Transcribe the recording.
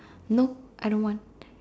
no I don't want